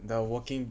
the working